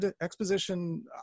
exposition